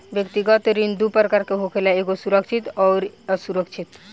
व्यक्तिगत ऋण दू प्रकार के होखेला एगो सुरक्षित अउरी असुरक्षित